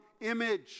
image